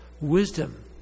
wisdom